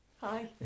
Hi